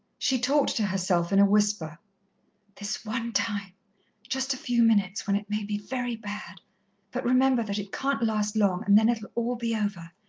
she talked to herself in a whisper this one time just a few minutes when it may be very bad but remember that it can't last long, and then it'll all be over.